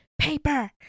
paper